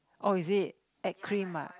oh is it add cream ah